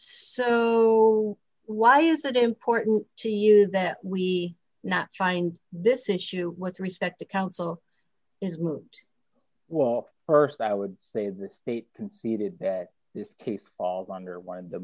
so why is it important to you that we not find this issue with respect to counsel is moot well st i would say the state conceded that this case falls under one